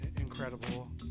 incredible